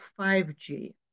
5G